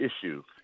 issues